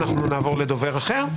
נעבור לדובר אחר.